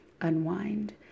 unwind